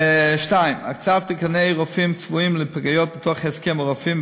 2. הקצאת תקני רופאים צבועים לפגיות מתוך הסכם הרופאים,